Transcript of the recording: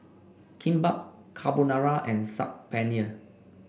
Kimbap Carbonara and Saag Paneer